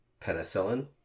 Penicillin